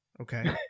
Okay